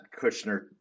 Kushner